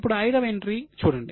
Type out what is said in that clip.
ఇప్పుడు ఐదవ ఎంట్రీ చూడండి